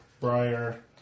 Briar